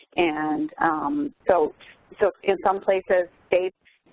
and so so in some places they